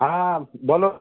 হাঁ বলো